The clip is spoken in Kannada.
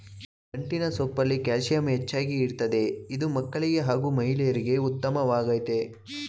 ದಂಟಿನ ಸೊಪ್ಪಲ್ಲಿ ಕ್ಯಾಲ್ಸಿಯಂ ಹೆಚ್ಚಾಗಿ ಇರ್ತದೆ ಇದು ಮಕ್ಕಳಿಗೆ ಹಾಗೂ ಮಹಿಳೆಯರಿಗೆ ಉತ್ಮವಾಗಯ್ತೆ